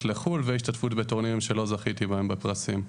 לחו"ל והשתתפות בטורנירים שלא זכיתי בהם בפרסים.